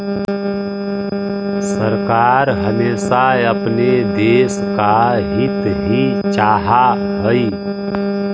सरकार हमेशा अपने देश का हित ही चाहा हई